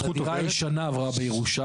והדירה עוברת בירושה --- הדירה הישנה עברה בירושה,